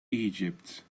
egypt